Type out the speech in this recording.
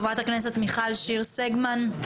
חברת הכנסת מיכל שיר סגמן.